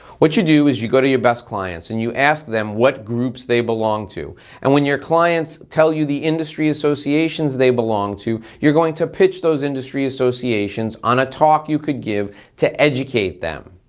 what you do is you go to your best clients and you ask them what groups they belong to and when your clients tell you the industry's associations they belong to you're going to pitch those industry associations on a talk you could give to educate them.